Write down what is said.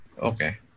okay